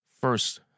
First